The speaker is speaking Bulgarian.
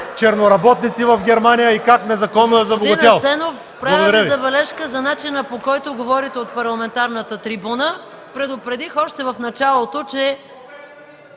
черноработници в Германия, и как незаконно е забогатял.